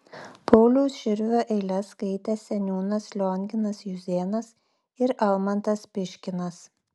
pauliaus širvio eiles skaitė seniūnas lionginas juzėnas ir almantas piškinas